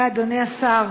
תראה, אדוני השר,